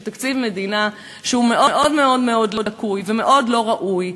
של תקציב מדינה שהוא מאוד מאוד מאוד לקוי ומאוד לא ראוי,